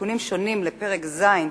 תיקונים שונים לפרק ז'